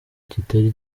kitari